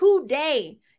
today